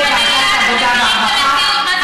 בוועדת העבודה והרווחה.